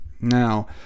Now